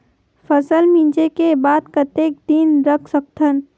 फसल मिंजे के बाद कतेक दिन रख सकथन?